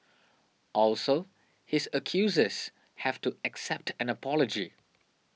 also his accusers have to accept an apology